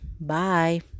Bye